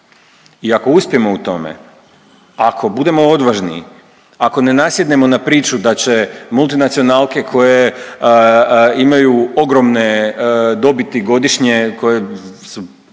I ako uspijemo u tome, ako budemo odvažni, ako ne nasjednemo na priču da će multinacionalke koje imaju ogromne dobiti godišnje koje su